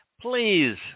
Please